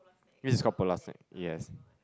this is called Polar snack yes